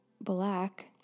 black